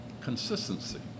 Consistency